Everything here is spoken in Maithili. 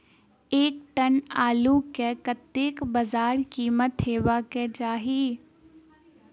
एक टन आलु केँ कतेक बजार कीमत हेबाक चाहि?